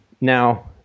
Now